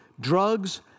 drugs